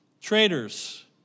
Traitors